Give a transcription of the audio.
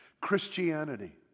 Christianity